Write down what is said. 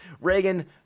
Reagan